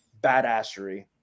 badassery